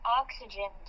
oxygen